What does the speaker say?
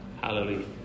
Hallelujah